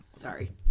sorry